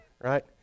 right